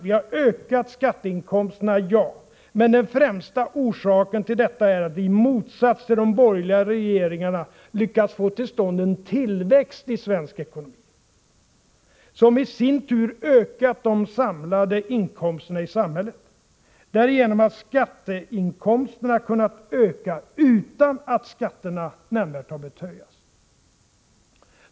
Vi har ökat skatteinkomsterna — ja, det har vi gjort. Men den främsta orsaken till detta är att vi, i motsats till vad de borgerliga regeringarna lyckades med, har lyckats få till stånd en tillväxt i svensk ekonomi, som i sin tur ökat de samlade inkomsterna i samhället. Det har varit möjligt genom att skatteinkomsterna kunnat öka, utan att skatterna nämnvärt har behövt höjas.